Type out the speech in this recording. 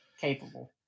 capable